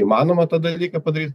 įmanoma tą dalyką padaryt